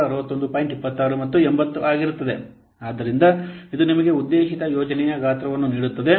26 ಮತ್ತು 80 ಆಗಿರುತ್ತದೆ ಆದ್ದರಿಂದ ಇದು ನಿಮಗೆ ಉದ್ದೇಶಿತ ಯೋಜನೆಯ ಗಾತ್ರವನ್ನು ನೀಡುತ್ತದೆ